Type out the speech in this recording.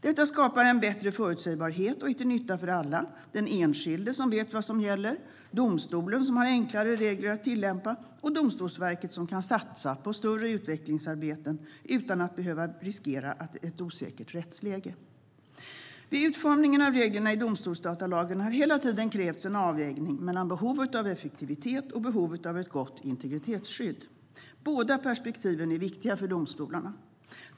Detta skapar bättre förutsägbarhet och är till nytta för alla: den enskilde som vet vad som gäller, domstolen som har enklare regler att tillämpa och Domstolsverket som kan satsa på större utvecklingsarbeten utan att behöva riskera ett osäkert rättsläge. Vid utformningen av reglerna i domstolsdatalagen har en avvägning mellan behovet av effektivitet och behovet av ett gott integritetsskydd hela tiden krävts. Båda perspektiven är viktiga för domstolarna.